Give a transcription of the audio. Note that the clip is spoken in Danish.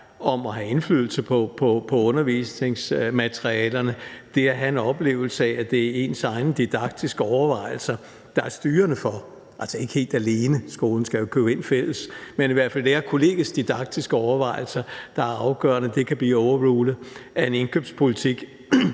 om at have indflydelse på undervisningsmaterialerne det afgørende, altså det at have en oplevelse af, at det er ens egen didaktiske overvejelser, der er styrende – altså ikke helt alene, for skolen skal jo købe ind fælles, men i hvert fald lærerkollegiets didaktiske overvejelser. Det kan så blive overrulet af en indkøbspolitik.